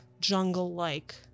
jungle-like